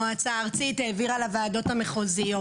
המועצה הארצית העבירה לוועדות המחוזיות.